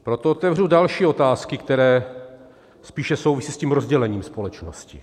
Proto otevřu další otázky, které spíše souvisí s tím rozdělením společnosti.